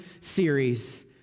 series